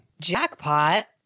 Jackpot